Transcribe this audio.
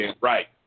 right